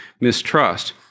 mistrust